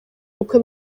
bukwe